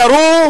ירו,